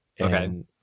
okay